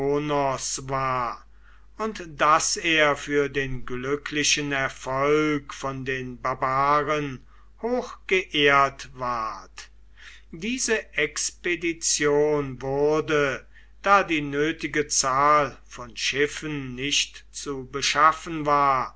und daß er für den glücklichen erfolg von den barbaren hochgeehrt ward diese expedition wurde da die nötige zahl von schiffen nicht zu beschaffen war